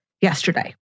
yesterday